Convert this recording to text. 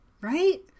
Right